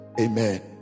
Amen